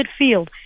midfield